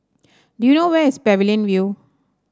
do you know where is Pavilion View